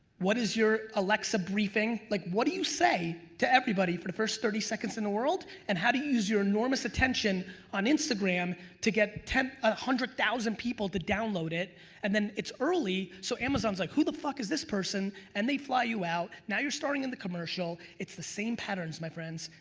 what is your alexa briefing? like what do you say to everybody for the first thirty seconds in the world and how do you use your enormous attention on instagram to get a ah hundred thousand people to download it and then it's early so amazon's like who the fuck is this person and they fly you out, now you're starring in the commercial, it's the same patterns, my friends,